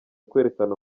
kwerekana